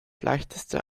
leichteste